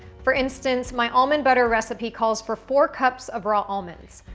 for instance, my almond butter recipes calls for four cups of raw almonds.